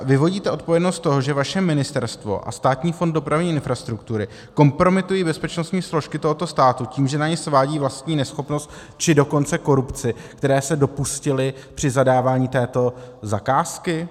Vyvodíte odpovědnost z toho, že vaše ministerstvo a Státní fond dopravní infrastruktury kompromitují bezpečnostní složky tohoto státu tím, že na ně svádějí vlastní neschopnost, či dokonce korupci, které se dopustily při zadávání této zakázky?